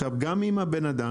עכשיו גם אם היה חשש,